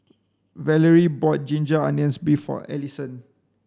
Valerie bought ginger onions beef for Alisson